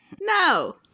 No